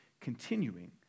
continuing